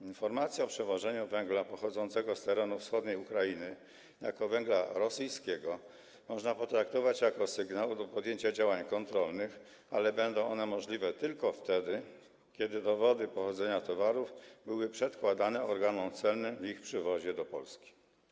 Informację o przewożeniu węgla pochodzącego z terenu wschodniej Ukrainy jako węgla rosyjskiego można potraktować jako sygnał do podjęcia działań kontrolnych, ale będą one możliwe, tylko jeśli dowody pochodzenia towarów były przedkładane organom celnym w ich przywozie do Polski.